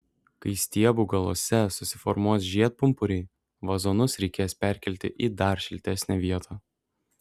kai stiebų galuose susiformuos žiedpumpuriai vazonus reikės perkelti į dar šiltesnę vietą